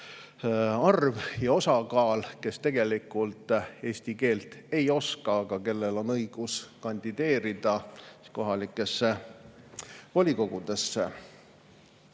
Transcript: arv ja osakaal, kes tegelikult eesti keelt ei oska, aga kellel on õigus kandideerida kohalikku volikogusse.